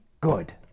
good